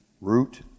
Root